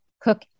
cook